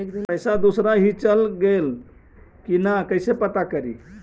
पैसा दुसरा ही चल गेलै की न कैसे पता करि?